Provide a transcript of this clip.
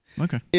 Okay